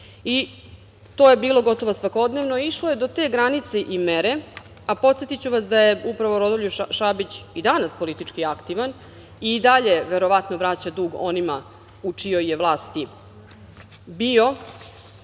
je bilo gotovo svakodnevno i išlo je do te granice i mere, a podsetiću vas da je upravo Rodoljub Šabić i danas politički aktivan i dalje verovatno vraća dug onima u čijoj je vlasti bio,